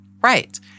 Right